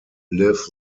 live